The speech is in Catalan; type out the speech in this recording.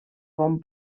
bon